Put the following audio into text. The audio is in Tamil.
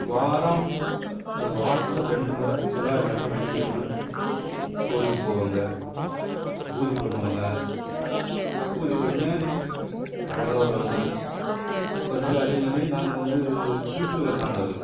வாரம் வாரத்தில் ரெண்டு முறை செவ்வாய் கிழம வெள்ளிக் கிழம கோவிலுக்கு போவாங்க பூஜை பண்ணுவாங்க பூஜை பண்ணி அழகாக வருவாங்க வந்து அதே மாதிரி நாங்கள் வந்து கிறிஸ்துவம் சார்ந்தவர்கள்